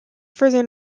further